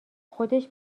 خودش